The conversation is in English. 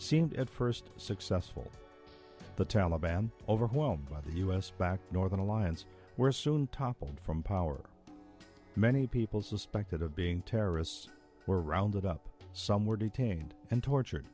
seemed at first successful the taliban overwhelmed by the u s backed northern alliance were soon toppled from power many people suspected of being terrorists were rounded up some were detained and tortured